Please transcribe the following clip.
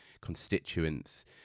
constituents